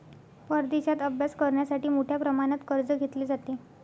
परदेशात अभ्यास करण्यासाठी मोठ्या प्रमाणात कर्ज घेतले जाते